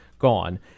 Gone